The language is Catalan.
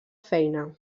feina